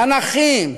בנכים,